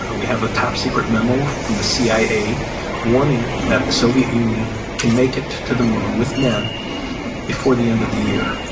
ah we have a top secret memo from the cia warning that the soviet union can make it to the moon with men before the end of the year.